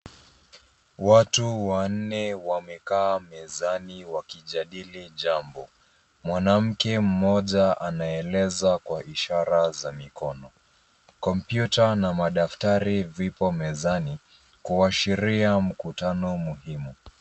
Watu wanne wamekaa mezani wakijadili jambo. Mwanamke mmoja anaeleza kwa ishara za mikono. Kompyuta na madaftari vipo mezani, kuashiria mkutano muhimu.